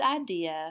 idea